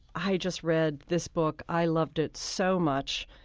i just read this book, i loved it so much,